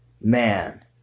man